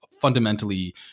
fundamentally